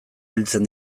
biltzen